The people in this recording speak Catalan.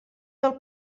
del